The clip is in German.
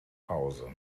hause